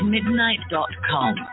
Midnight.com